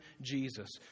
Jesus